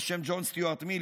בשם ג'ון סטיוארט מיל,